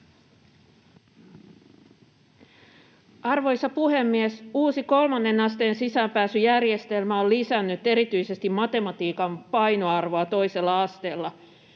Arvoisa puhemies! Uusi kolmannen asteen sisäänpääsyjärjestelmä on lisännyt erityisesti matematiikan painoarvoa toisella asteella.